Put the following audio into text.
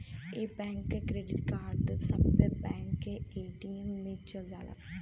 एक बैंक के debit card सब्बे बैंक के ए.टी.एम मे चल जाला